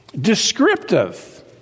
descriptive